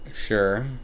sure